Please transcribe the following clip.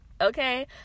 Okay